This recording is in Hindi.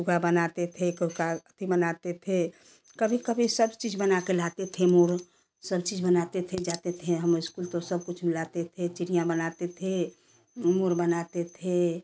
सूगा बनाते थे कभी बनाते थे कभी कभी सब चीज बना के लाते थे मोर सब चीज़ बनाते थे जाते थे हम स्कूल तो सब कुछ लाते थे चिड़िया बनाते थे मोर बनाते थे